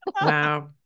Wow